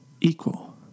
equal